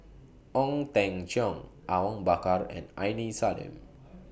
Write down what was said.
Ong Teng Cheong Awang Bakar and Aini Salim